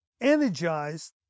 energized